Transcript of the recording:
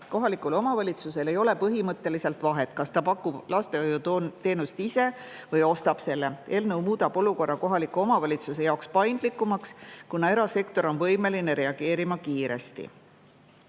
Kohalikul omavalitsusel ei ole põhimõtteliselt vahet, kas ta pakub lastehoiuteenust ise või ostab selle. Eelnõu muudab olukorra kohaliku omavalitsuse jaoks paindlikumaks, kuna erasektor on võimeline reageerima kiiresti.